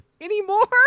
anymore